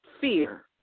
fear